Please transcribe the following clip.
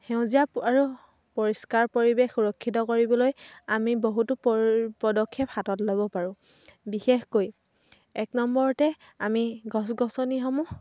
সেউজীয়া আৰু পৰিষ্কাৰ পৰিৱেশ সুৰক্ষিত কৰিবলৈ আমি বহুতো পদক্ষেপ হাতত ল'ব পাৰোঁ বিশেষকৈ এক নম্বৰতে আমি গছ গছনিসমূহ